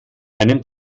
einem